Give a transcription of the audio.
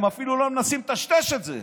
הם אפילו לא מנסים לטשטש את זה,